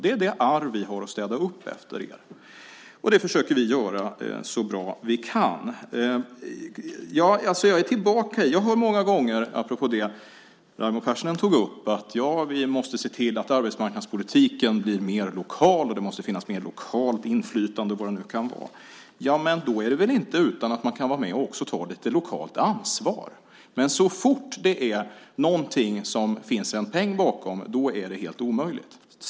Det är det arv vi har att städa upp efter er. Det försöker vi göra så bra vi kan. Apropå det som Raimo Pärssinen tog upp har jag många gånger hört att vi måste se till att arbetsmarknadspolitiken blir mer lokal, att det måste finnas mer lokalt inflytande och vad det nu kan vara. Då är det väl inte utan att man kan vara med och också ta lite lokalt ansvar! Men så fort det är någonting som det finns en peng bakom så är det tydligen helt omöjligt.